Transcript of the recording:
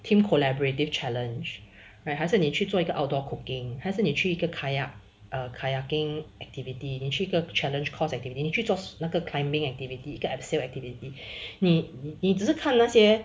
team collaborative challenge right 还是你去做一个 outdoor cooking 还是你去一个 kayak err kayaking activity 你去一个 challenge course activity 你去做那个 climbing activity 一个 abseil activity 你你只是看那些